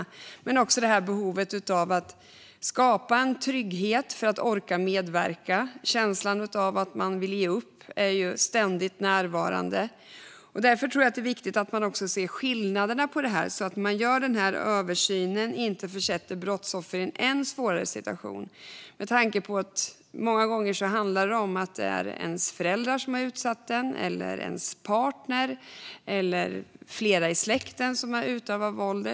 Jag tänker också på behovet av att skapa en trygghet för att man ska orka medverka. Känslan av att man vill ge upp är ju ständigt närvarande. Därför tror jag att det är viktigt att man ser skillnaderna när man gör den här översynen, så att man inte försätter brottsoffer i en än svårare situation. Många gånger handlar det om att det är ens föräldrar eller ens partner som har utsatt en för brott, eller det kan vara flera i släkten som har utövat våld.